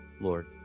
Lord